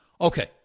Okay